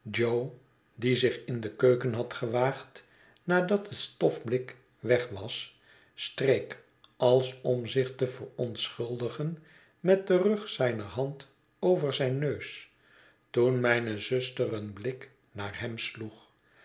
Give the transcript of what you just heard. die zich in de keuken had gewaagd nadat het stofblik weg was streek als om zich te verontschuldigen met den rug zijner hand over zijn neus toen mijne zuster een blik naar hem sloeg